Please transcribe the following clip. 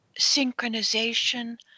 synchronization